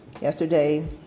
Yesterday